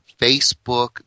Facebook